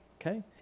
okay